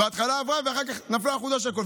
בהתחלה עברה, ואחר כך נפלה על חודו של קול.